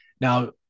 Now